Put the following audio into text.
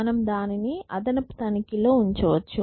మనం దానిని అదనపు తనిఖీలో ఉంచవచ్చు